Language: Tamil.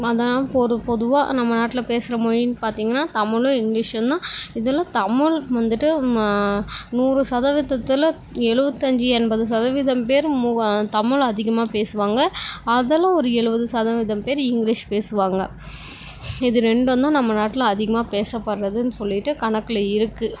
அதனா பொறு பொதுவாக நம்ம நாட்டில் பேசுகிற மொழின்னு பார்த்தீங்கன்னா தமிலும் இங்கிலிஷும் தான் இதில் தமிழ் வந்துவிட்டு நூறு சதவீதத்தில் எலுபத்தஞ்சி எண்பது சதவீதம் பேர் மு தமிழை அதிகமாக பேசுவாங்க அதெல்லாம் ஒரு எலுபது சதவீதம் பேர் இங்கிலிஷ் பேசுவாங்க இது ரெண்டும் தான் நம்ம நாட்டில் அதிகமாக பேசப்படுறதுன்னு சொல்லிவிட்டு கணக்கில் இருக்கு